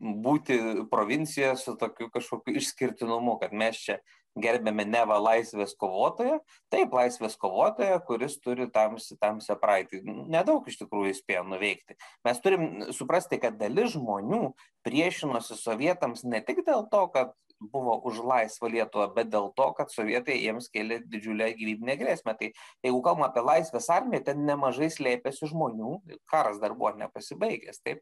būti provincijoje su tokiu kažkokiu išskirtinumu kad mes čia gerbiame neva laisvės kovotoją taip laisvės kovotoją kuris turi tams tamsią praeitį nedaug iš tikrųjų jis spėjo nuveikti mes turim suprasti kad dalis žmonių priešinosi sovietams ne tik dėl to kad buvo už laisvą lietuvą bet dėl to kad sovietai jiems kėlė didžiulę gyvybinę grėsmę tai jeigu kalbam apie laisvės armiją ten nemažai slėpėsi žmonių karas dar buvo ar nepasibaigęs taip